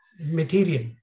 material